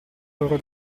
loro